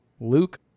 Luke